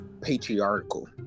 patriarchal